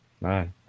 Right